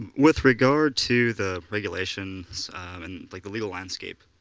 with regard to the regulations and like the legal landscape,